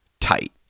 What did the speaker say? tight